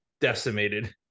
decimated